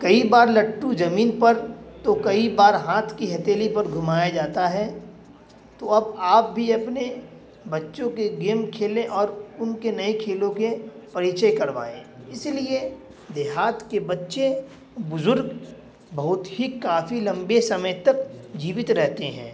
کئی بار لٹو زمین پر تو کئی بار ہاتھ کی ہتھیلی پر گھمایا جاتا ہے تو اب آپ بھی اپنے بچوں کے گیم کھیلیں اور ان کے نئے کھیلوں کے پریچے کروائیں اسی لیے دیہات کے بچے بزرگ بہت ہی کافی لمبے سمے تک جیوت رہتے ہیں